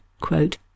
quote